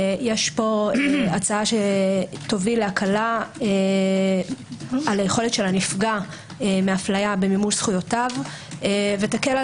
יש פה הצעה שתוביל להקלה על יכולת הנפגע מאפליה במימוש זכויותיו ותקל על